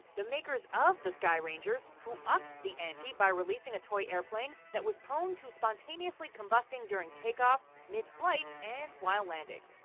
the makers of the sky rangers, who upped the ante by releasing a toy airplane, that was prone to spontaneously combusting during take off, mid-flight and while landing.